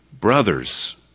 Brothers